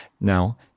Now